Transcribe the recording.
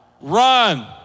run